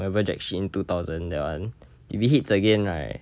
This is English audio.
whatever reaction in two thousand that one if it hits again right